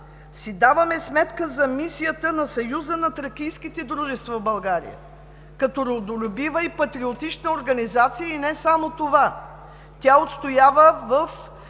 си даваме сметка за мисията на Съюза на тракийските дружества в България като родолюбива и патриотична организация. И не само това, тя отстоява в